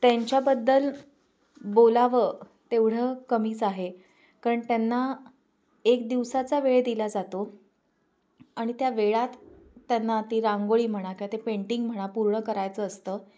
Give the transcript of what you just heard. त्यांच्याबद्दल बोलावं तेवढं कमीच आहे कारण त्यांना एक दिवसाचा वेळ दिला जातो आणि त्या वेळात त्यांना ती रांगोळी म्हणा किवा ते पेंटिंग म्हणा पूर्ण करायचं असतं